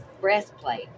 breastplate